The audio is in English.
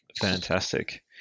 Fantastic